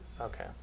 Okay